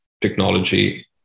technology